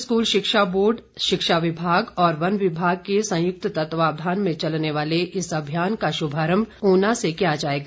प्रदेश school शिक्षा board शिक्षा विभाग और वन विभाग के संयुक्त तत्वावधान में चलने वाले इस अभियान का शुभारंभ उना से किया जाएगा